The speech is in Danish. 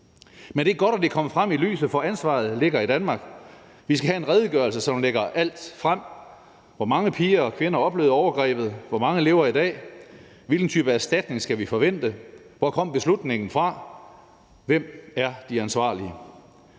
Men det er godt, at det er kommet frem i lyset, for ansvaret ligger i Danmark. Vi skal have en redegørelse, som lægger alt frem: Hvor mange piger og kvinder oplevede overgrebet? Hvor mange lever i dag? Hvilken type erstatning skal vi forvente? Hvor kom beslutningen fra? Hvem er de ansvarlige?